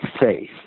faith